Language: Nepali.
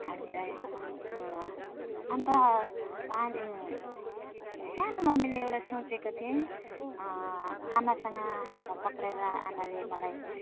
हामीलाई अन्त पानी सानोमा मैले एउटा सोचेको थिएँ आमासँग हातमा पक्रिएर आमाले मलाई